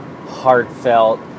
heartfelt